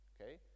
Okay